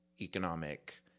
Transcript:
economic